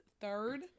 third